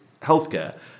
healthcare